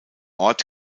ort